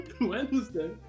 Wednesday